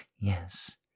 Yes